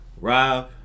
Rob